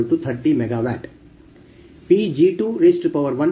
130 megawatt